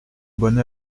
bonne